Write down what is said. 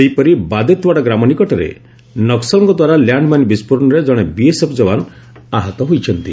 ସେହିପରି ବାଦେତେୱାଡ଼ା ଗ୍ରାମ ନିକଟରେ ନକ୍କଳଙ୍କ ଦ୍ୱାରା ଲ୍ୟାଣ୍ଡ ମାଇନ୍ ବିସ୍ଫୋରଣରେ ଜଣେ ବିଏସ୍ଏଫ୍ ଯବାନ ଆହତ ହୋଇଛନ୍ତି